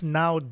now